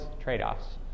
trade-offs